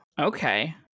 okay